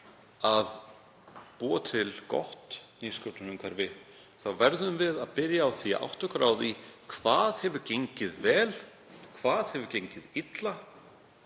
að búa til gott nýsköpunarumhverfi þá verðum við að byrja á því að átta okkur á því hvað hefur gengið vel, hvað hefur gengið illa